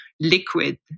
liquid